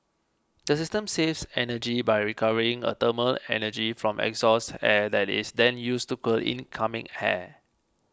the system saves energy by recovering a thermal energy from exhaust air that is then used to cool incoming air